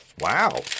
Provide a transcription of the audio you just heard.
Wow